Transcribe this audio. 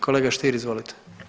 Kolega Stier izvolite.